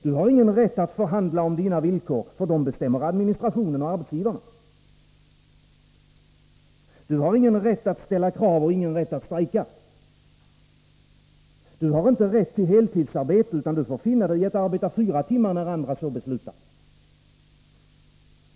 Du har ingen rätt att förhandla om dina villkor, för dem bestämmer administrationen och arbetsgivaren. Du har ingen rätt att ställa krav och ingen rätt att strejka. Du harinte rätt till heltidsarbete, utan du får finna digi att arbeta fyra timmar när andra så beslutar.